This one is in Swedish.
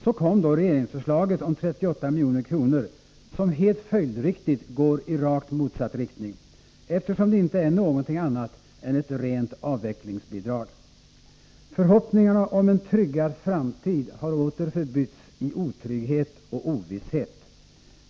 Så kom då regeringsförslaget om 38 milj.kr. som helt följdriktigt går i rakt motsatt riktning, eftersom det inte är någonting annat än ett rent avvecklingsbidrag. Förhoppningarna om en tryggad framtid har åter förbytts i otrygghet och ovisshet.